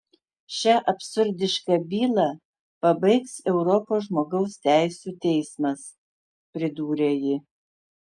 šią absurdišką bylą pabaigs europos žmogaus teisių teismas pridūrė ji